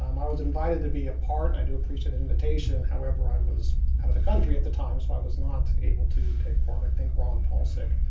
um i was invited to be a part and i do appreciate that invitation. however, i was out of the country at the time, so i was not able to take part. i think ron palcic,